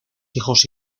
hijos